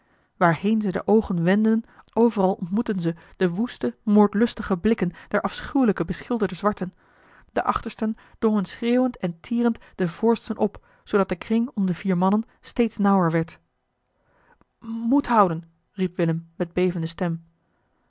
waarheen ze de oogen wendden overal ontmoetten ze de woeste moordlustige blikken der afschuwelijk beschilderde zwarten de achtersten drongen schreeuwend en tierend de voorsten op zoodat de kring om de vier mannen steeds nauwer werd moed houden riep willem met bevende stem